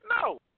No